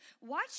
Watch